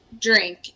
drink